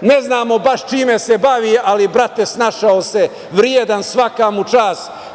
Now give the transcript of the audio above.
ne znamo baš čime se bavi, ali, brate, snašao se, vredan, svaka mu čast,